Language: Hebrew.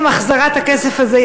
עם החזרת הכסף הזה,